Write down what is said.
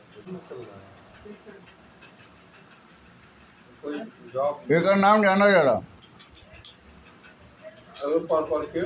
गुड़हल के जवाकुसुम नाम से भी जानल जाला